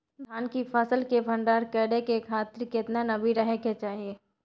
धान की फसल के भंडार करै के खातिर केतना नमी रहै के चाही?